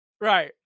Right